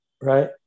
right